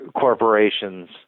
corporations